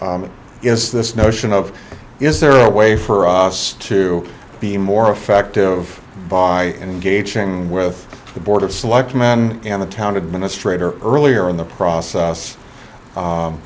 is this notion of is there a way for us to be more effective by engaging with the board of selectmen and the town administrator earlier in the process